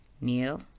Neil